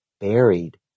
buried